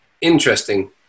interesting